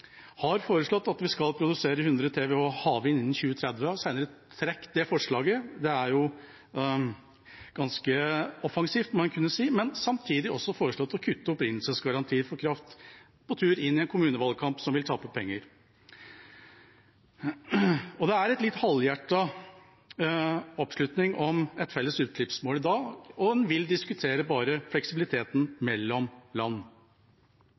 har foreslått at vi skal produsere 100 TWh havvind innen 2030 og har senere trukket det forslaget. Det er ganske offensivt, må en kunne si. Samtidig har de foreslått å kutte opprinnelsesgaranti for kraft, noe som kommunene vil tape penger på – på vei inn i en valgkamp. Det er en litt halvhjertet oppslutning om et felles utslippsmål i dag, og en vil bare diskutere fleksibiliteten mellom land.